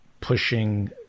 pushing